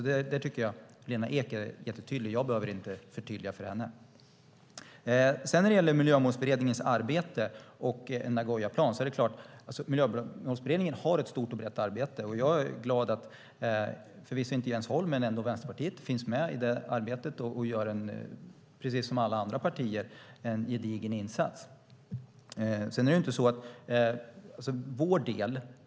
Där tycker jag att Lena Ek är jättetydlig, så jag behöver inte förtydliga för henne. Miljömålsberedningen gör ett stort och brett arbete, och jag är glad att förvisso inte Jens Holm men ändå Vänsterpartiet finns med i det arbetet och gör, precis som alla andra partier, en gedigen insats.